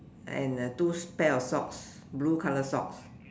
and two pair of socks blue colour socks